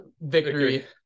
victory